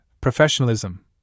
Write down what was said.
professionalism